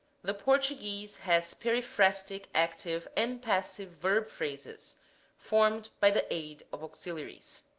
the portuguese has periphrastic active, and passive verb phrases formed by the aid of auxiliaries.